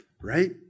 Right